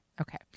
Okay